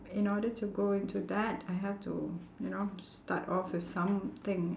in order to go into that I have to you know start off with something